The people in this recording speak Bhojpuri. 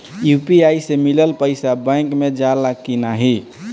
यू.पी.आई से मिलल पईसा बैंक मे जाला की नाहीं?